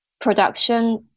production